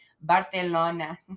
Barcelona